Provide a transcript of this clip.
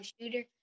shooter